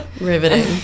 riveting